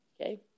Okay